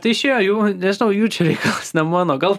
tai išėjo jų nežinau jų čia reik klaust ne mano gal